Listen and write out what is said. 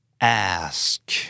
ask